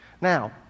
Now